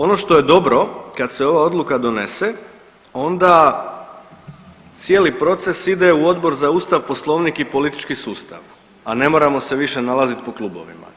Ono što je dobro kad se ova odluka donese, onda cijeli proces ide u Odbor za Ustav, Poslovnik i politički sustav, a ne moramo se više nalaziti po klubovima.